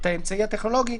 את האמצעי הטכנולוגי,